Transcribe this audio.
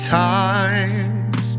times